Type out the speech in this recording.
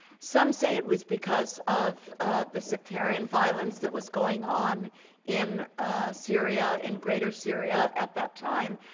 some say it was because of of the sectarian violence that was going on in syria, in greater syria at that time.